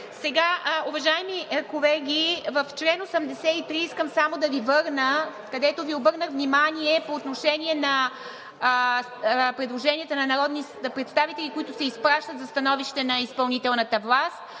прието. Уважаеми колеги, искам само да Ви върна в чл. 83, където Ви обърнах внимание по отношение на предложенията на народни представители, които се изпращат за становище на изпълнителната власт.